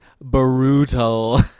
brutal